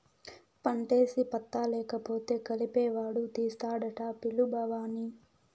పంటేసి పత్తా లేకపోతే కలుపెవడు తీస్తాడట పిలు బావని